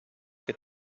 que